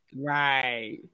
Right